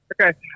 okay